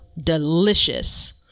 Delicious